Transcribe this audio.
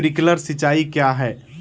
Sprinkler सिंचाई क्या है?